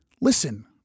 Listen